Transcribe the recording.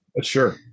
Sure